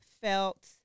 felt